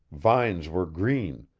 vines were green,